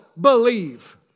believe